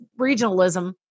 regionalism